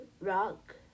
rock